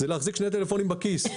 זה להחזיק שני טלפונים בכיס.